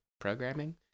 programming